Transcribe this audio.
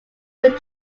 ruth